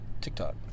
TikTok